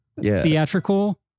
theatrical